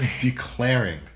declaring